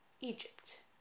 Egypt